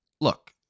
look